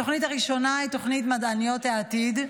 התוכנית הראשונה היא תוכנית מדעניות העתיד,